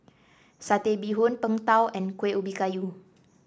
Satay Bee Hoon Png Tao and Kuih Ubi Kayu